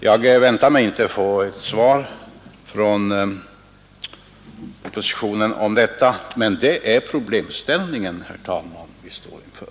Jag väntar mig inte att få ett svar från oppositionen om detta, men det är, herr talman, det problem vi står inför.